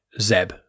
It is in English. Zeb